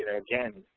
again,